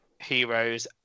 heroes